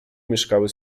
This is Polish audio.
mieszkały